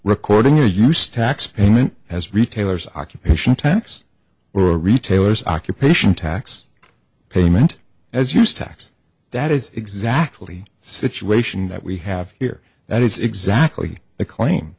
recording or use tax payment as retailers occupation tax or a retailers occupation tax payment as used tax that is exactly the situation that we have here that is exactly the claim